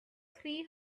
three